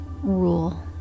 rule